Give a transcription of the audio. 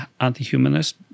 anti-humanist